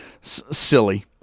silly